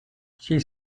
she